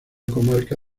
comarca